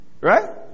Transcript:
Right